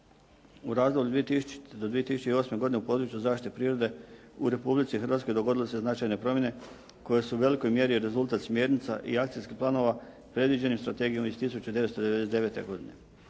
U razdoblju 2000. do 2008. godine u području zaštite prirode u Republici Hrvatskoj dogodile su se značajne promjene koje su u velikoj mjeri rezultat smjernica i akcijskih planova predviđenim strategijom iz 1999. godine.